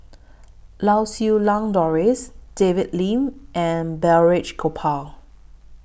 Lau Siew Lang Doris David Lim and Balraj Gopal